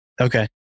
Okay